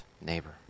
neighbor